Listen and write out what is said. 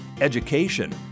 education